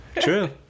True